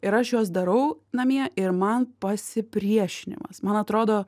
ir aš juos darau namie ir man pasipriešinimas man atrodo